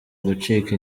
gucika